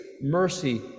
mercy